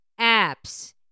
apps